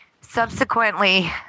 Subsequently